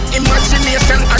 imagination